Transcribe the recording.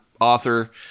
author